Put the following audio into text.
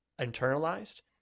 internalized